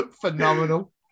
Phenomenal